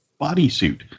bodysuit